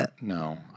No